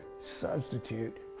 substitute